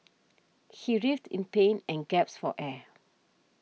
he writhed in pain and gasped for air